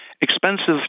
expensive